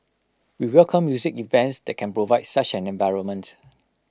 we welcome music events that can provide such an environment